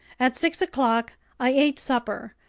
at six o'clock i ate supper,